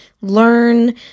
learn